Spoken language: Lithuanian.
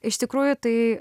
iš tikrųjų tai